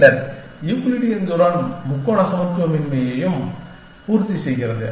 பின்னர் யூக்ளிடியன் தூரம் முக்கோண சமத்துவமின்மையையும் பூர்த்தி செய்கிறது